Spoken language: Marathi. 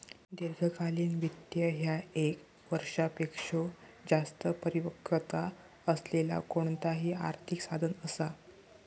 दीर्घकालीन वित्त ह्या ये क वर्षापेक्षो जास्त परिपक्वता असलेला कोणताही आर्थिक साधन असा